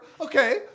okay